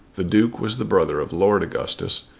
the duke was the brother of lord augustus,